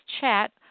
chat